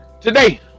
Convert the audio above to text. Today